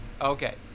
Okay